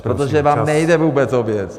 Protože vám nejde vůbec o věc.